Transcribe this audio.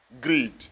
greed